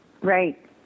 Right